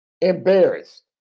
embarrassed